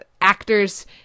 actors